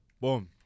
boom